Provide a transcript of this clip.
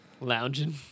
Lounging